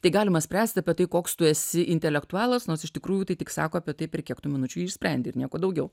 tai galima spręsti apie tai koks tu esi intelektualas nors iš tikrųjų tai tik sako apie tai per kiek tų minučių jį išsprendi ir nieko daugiau